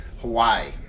Hawaii